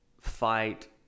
fight